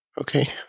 Okay